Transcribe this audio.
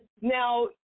Now